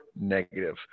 negative